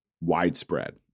widespread